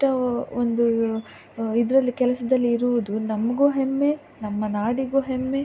ಒಂದು ಇದರಲ್ಲಿ ಕೆಲಸದಲ್ಲಿರುವುದು ನಮಗೂ ಹೆಮ್ಮೆ ನಮ್ಮ ನಾಡಿಗೂ ಹೆಮ್ಮೆ